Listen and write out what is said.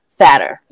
fatter